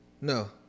No